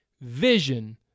vision